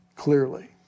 clearly